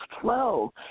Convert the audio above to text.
flow